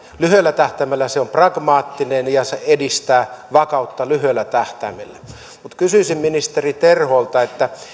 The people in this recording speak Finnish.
lyhyellä tähtäimellä pragmaattinen ja se edistää vakautta lyhyellä tähtäimellä mutta kysyisin ministeri terholta